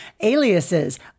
aliases